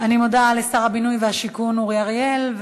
אני מודה לשר הבינוי והשיכון אורי אריאל.